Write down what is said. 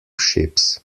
ships